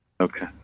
Okay